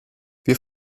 wir